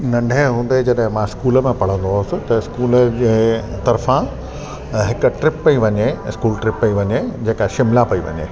नंढे हूंदे जॾहिं मां स्कूल में पढ़ंदो हुअसि त स्कूल जे तरफां हिकु ट्रिप पई वञे जेका शिमला पई वञे